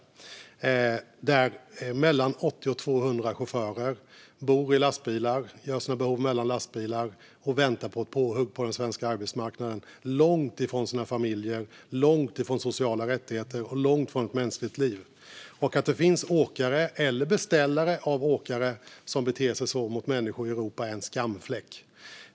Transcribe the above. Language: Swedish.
Där bor mellan 80 och 200 chaufförer i lastbilar. De uträttar sina behov mellan lastbilarna och väntar på ett påhugg på den svenska arbetsmarknaden. De är långt ifrån sina familjer, långt ifrån sociala rättigheter och långt ifrån ett mänskligt liv. Att det finns åkare, eller beställare av åkare, som beter sig så mot människor i Europa är en skamfläck.